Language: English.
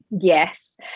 yes